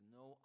no